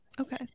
Okay